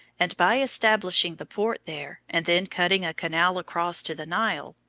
and, by establishing the port there, and then cutting a canal across to the nile,